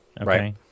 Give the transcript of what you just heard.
okay